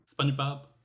SpongeBob